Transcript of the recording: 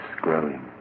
growing